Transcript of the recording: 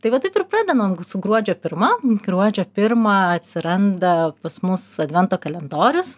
tai vat taip ir pradedam gruodžio pirma gruodžio pirmą atsiranda pas mus advento kalendorius